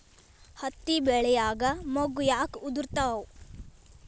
ಹತ್ತಿ ಬೆಳಿಯಾಗ ಮೊಗ್ಗು ಯಾಕ್ ಉದುರುತಾವ್?